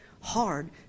hard